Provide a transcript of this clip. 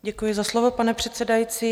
Děkuji za slovo, pane předsedající.